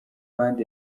band